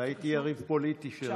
והייתי יריב פוליטי שלה.